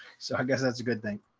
so i guess that's a good thing.